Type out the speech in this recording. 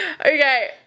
Okay